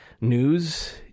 News